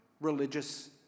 religious